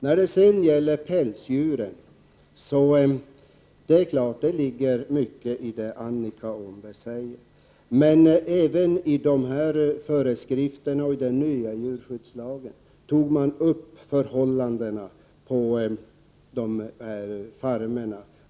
När det gäller pälsdjursuppfödningen ligger mycket i det Annika Åhnberg sade. I de nya föreskrifterna och den nya djurskyddslagen tar man upp förhållandena på pälsfarmerna.